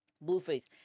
Blueface